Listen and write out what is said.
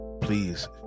Please